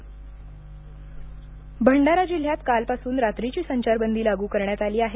संचारबंदी भंडारा जिल्ह्यात कालपासून रात्रीची संचारबंदी लागू करण्यात आली आहे